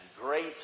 great